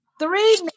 three